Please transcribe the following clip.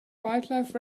wildlife